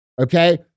okay